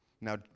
Now